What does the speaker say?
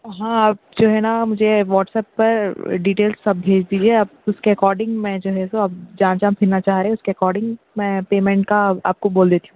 ہاں آپ جو ہے نہ مجھے واٹسایپ پر ڈیٹیل سب بھیج دیجیے آپ اس کے اکوڈنگ میں جو ہے سو جہاں جہاں پھرنا چاہ رہے اس کے اکوڈنگ میں پیمینٹ کا آپ کو بول دیتی ہوں